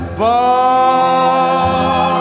bar